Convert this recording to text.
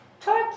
Turkey